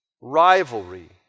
rivalry